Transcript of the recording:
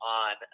on